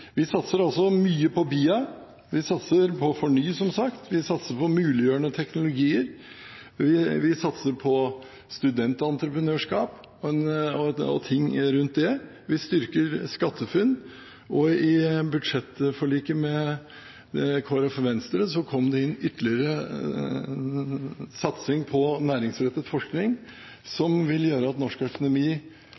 Vi satser altså mye på BIA, vi satser som sagt på FORNY2020, vi satser på muliggjørende teknologier. Vi satser på studententreprenørskap og ting rundt det. Vi styrker SkatteFUNN, og i budsjettforliket med Kristelig Folkeparti og Venstre kom det inn ytterligere satsing på næringsrettet forskning som vil gjøre at norsk økonomi